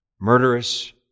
murderous